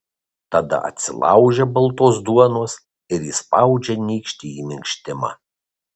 tada atsilaužia baltos duonos ir įspaudžia nykštį į minkštimą